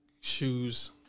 Shoes